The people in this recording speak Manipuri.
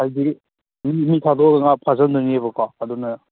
ꯍꯥꯏꯗꯤ ꯃꯤ ꯃꯤ ꯊꯥꯗꯣꯛꯑꯒ ꯉꯥ ꯐꯥꯖꯟꯗꯣꯏꯅꯦꯕꯀꯣ ꯑꯗꯨꯅ